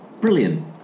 Brilliant